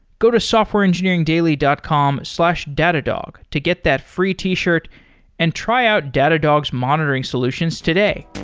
go to softwareengineeringdaily dot com slash datadog to get that free t-shirt and try out datadog's monitoring solutions today.